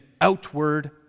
outward